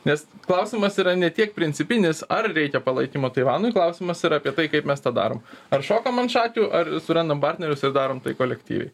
nes klausimas yra ne tiek principinis ar reikia palaikymo taivanui klausimas yra apie tai kaip mes tą darom ar šokom ant šakių ar surandam partnerius ir darome tai kolektyviai